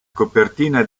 copertina